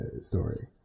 story